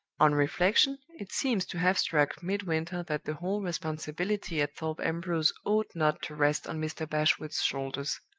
on reflection, it seems to have struck midwinter that the whole responsibility at thorpe ambrose ought not to rest on mr. bashwood's shoulders.